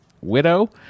widow